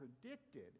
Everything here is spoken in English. predicted